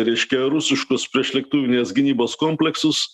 reiškia rusiškus priešlėktuvinės gynybos kompleksus